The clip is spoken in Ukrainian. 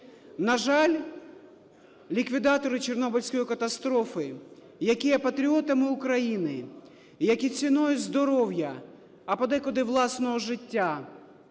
На жаль, ліквідатори Чорнобильської катастрофи, які є патріотами України, які ціною здоров'я, а подекуди власного життя,